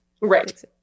Right